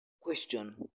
question